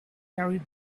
carried